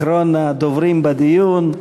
אחרון הדוברים בדיון.